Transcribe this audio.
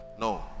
No